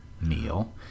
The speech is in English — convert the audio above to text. meal